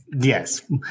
Yes